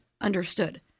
understood